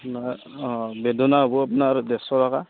আপোনাৰ বেদনা হ'ব আপোনাৰ ডেৰশ টকা